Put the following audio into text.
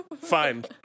Fine